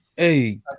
Hey